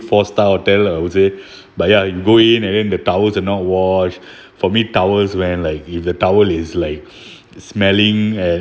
four star hotel lah I would say but ya you go in and then the towel are not washed for me towel when like if the towel is like smelling and